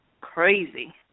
crazy